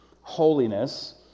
holiness